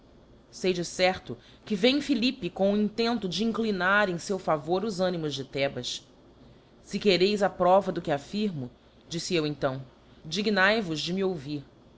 de certo que vem philippe com o intento de inclinar em feu favor os ânimos de thebas se quereis a prova do que affirmo difl'e eu então dignae vos de me ouvir